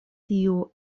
tiu